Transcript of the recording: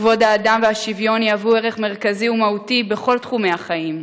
וכבוד האדם והשוויון יהוו ערך מרכזי ומהותי בכל תחומי החיים.